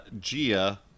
Gia